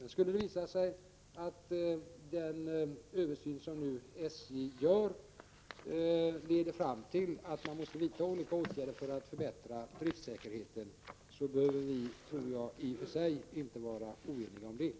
Om den översyn SJ nu gör skulle leda fram till att man måste vidta olika åtgärder för att förbättra driftsäkerheten så behöver vi i och för sig inte vara oeniga om detta.